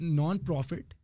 non-profit